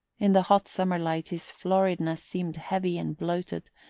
in the hot summer light his floridness seemed heavy and bloated,